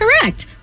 Correct